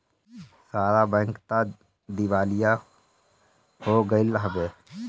सहारा bank तअ दिवालिया हो गईल हवे